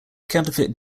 counterfeit